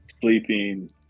sleeping